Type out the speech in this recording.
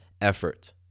effort